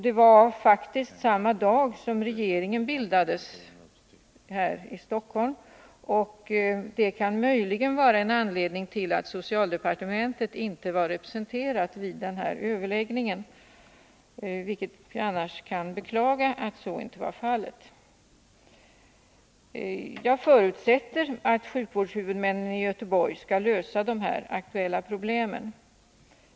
Det var faktiskt samma dag som regeringen bildades här i Stockholm, och det kan möjligen vara en anledning till att socialdepartementet inte var representerat vid denna överläggning. Att så inte var fallet kan jag beklaga. Jag förutsätter att sjukvårdshuvudmännen i Göteborg kan lösa de aktuella problemen.